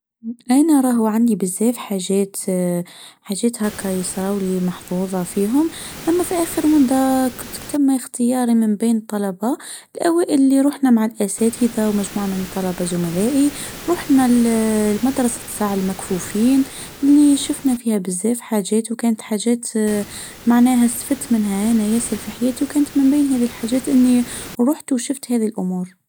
أنا راهو عندي بالزاف حجات حجات هكا يصرولي محظوظه فيهم اما في أخر مده كنت تم اختياري من بين طلبه الاوائل اللي رحنا مع الاساتذه ومجموعه من طلبه زملائي روحنا المدرسه ساعه المكفوفين اللي شفنا فيها بزاف حاجات وكانت حاجات معناها أستفدت منها انا ياسر في حياتي وكانت من بين هذه الحاجات اني روحت وشفت هذه الامور.